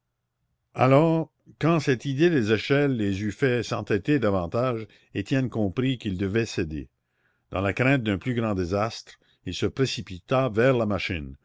alors quand cette idée des échelles les eut fait s'entêter davantage étienne comprit qu'il devait céder dans la crainte d'un plus grand désastre il se précipita vers la machine